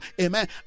amen